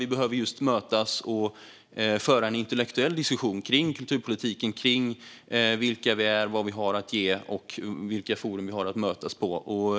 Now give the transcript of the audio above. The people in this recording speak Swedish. Vi behöver mötas och föra en intellektuell diskussion kring kulturpolitiken, kring vilka vi är, vad vi har att ge och vilka forum vi kan mötas på.